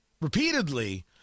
repeatedly